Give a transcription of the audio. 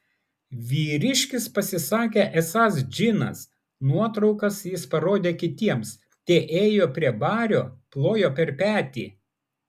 vyriškis pasisakė esąs džinas nuotraukas jis parodė kitiems tie ėjo prie bario plojo per petį